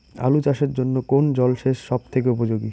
আলু চাষের জন্য কোন জল সেচ সব থেকে উপযোগী?